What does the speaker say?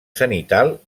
zenital